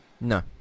No